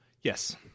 yes